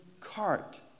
cart